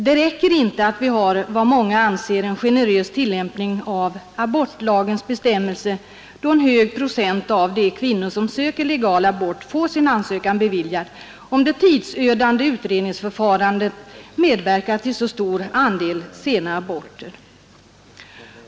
Vi har en enligt vad många anser generös tillämpning av abortlagens bestämmelser, som gör att en hög procent av de kvinnor som söker legal abort får sin ansökan beviljad, men det räcker inte med det, om det tidsödande utredningsförfarandet medverkar till en så stor andel sena aborter.